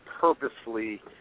purposely